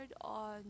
on